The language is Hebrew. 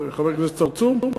חבר הכנסת צרצור?